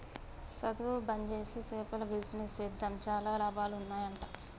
సధువు బంజేసి చేపల బిజినెస్ చేద్దాం చాలా లాభాలు ఉన్నాయ్ అంట